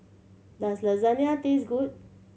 does Lasagna taste good